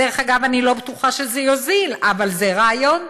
דרך אגב, אני לא בטוחה שזה יוזיל, אבל זה רעיון.